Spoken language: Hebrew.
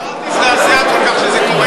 אל תזדעזע כל כך שזה קורה.